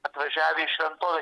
atvažiavę į šventovę